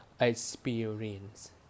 experience